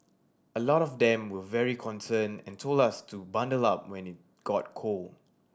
a lot of them were very concerned and told us to bundle up when it got cold